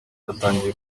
yatangiye